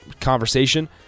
conversation